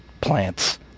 plants